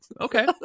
Okay